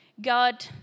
God